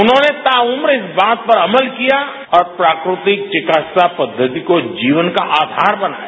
उन्होंने ताउम्र इस बात पर अमल किया और प्राकृतिक चिकित्सा पद्धति को जीवन का आधार बनाया